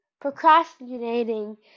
procrastinating